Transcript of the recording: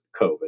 COVID